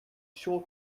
sure